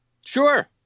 Sure